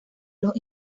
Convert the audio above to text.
los